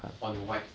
on white